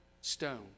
stone